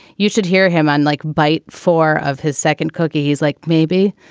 you should hear him unlike bite four of his second cookie, he's like, maybe,